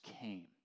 came